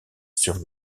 sur